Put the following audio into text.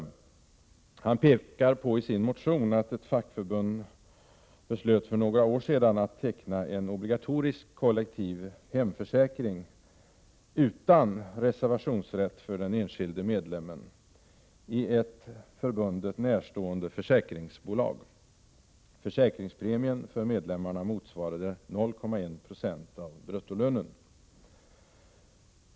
I sin motion pekar han på att ett fackförbund för några år sedan beslöt att teckna en obligatorisk, kollektiv hemförsäkring — utan reservationsrätt för den enskilde medlemmen - i ett förbundet närstående försäkringsbolag. Försäkringspremien för medlemmarna motsvarade 0,1 96 av bruttolönen.